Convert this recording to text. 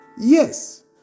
Yes